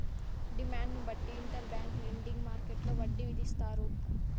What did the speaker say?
డిమాండ్ను బట్టి inter bank lending మార్కెట్టులో వడ్డీ విధిస్తారు